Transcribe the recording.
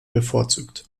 bevorzugt